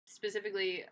specifically